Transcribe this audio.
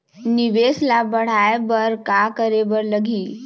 निवेश ला बढ़ाय बर का करे बर लगही?